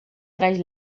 traz